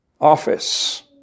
office